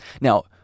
Now